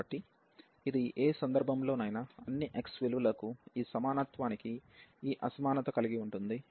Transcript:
కాబట్టి ఇది ఏ సందర్భంలోనైనా అన్ని x విలువలకు ఈ సమానత్వానికి ఈ అసమానత కలిగి ఉంటుంది